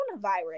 coronavirus